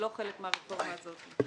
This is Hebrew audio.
הם לא חלק מהרפורמה הזאת.